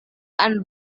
and